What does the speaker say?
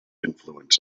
influence